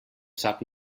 sap